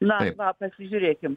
na va pasižiūrėkim